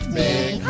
big